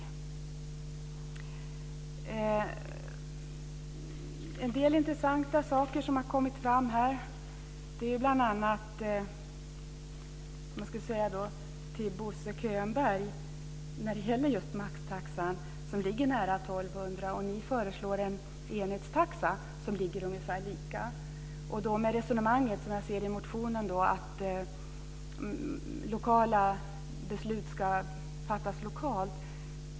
Det har kommit fram en del intressanta saker. Jag vill när det gäller just maxtaxan rikta mig till Bo Könberg. Den ligger nära 1 200 kr. Ni föreslår en enhetstaxa som ligger ungefär lika. Ni för ett resonemang i motionen om att lokala beslut ska fattas lokalt.